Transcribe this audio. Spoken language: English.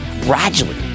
gradually